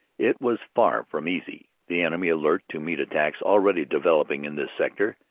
it was far from easy. the enemy, alert to meet attacks already devel oping in this sector,